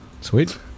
Sweet